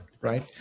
right